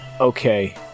Okay